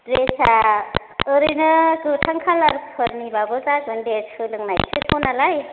द्रेसा ओरैनो गोथां कालारफोरनिबाबो जागोन दे सोलोंनायसोथ' नालाय